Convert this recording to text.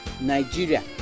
Nigeria